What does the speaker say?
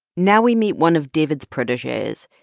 now we meet one of david's proteges.